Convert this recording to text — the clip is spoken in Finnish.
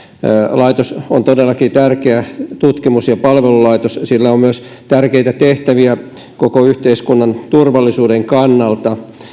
laitos on todellakin tärkeä tutkimus ja palvelulaitos sillä on myös tärkeitä tehtäviä koko yhteiskunnan turvallisuuden kannalta